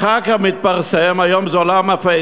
אחר כך מתפרסם, היום זה עולם הפייסבוק,